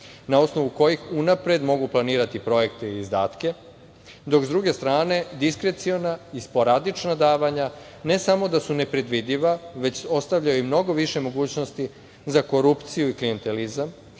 na osnovu kojih unapred mogu planirati projekte i izdatke, dok s druge strane diskreciona i sporadična davanja ne samo da su nepredvidiva, već ostavljaju i mnogo više mogućnosti za korupciju i klijentelizam,